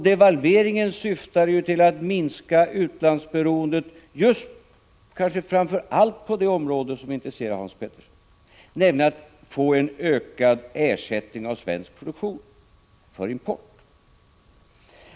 Devalveringen syftade till att minska utlandsberoendet kanske framför allt på det område som intresserar Hans Petersson, nämligen att få till stånd en ökad ersättning av import med svensk produktion.